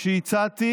שהצעתי